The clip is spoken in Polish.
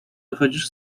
wychodzisz